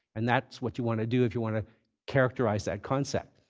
and that's what you want to do if you want to characterize that concept.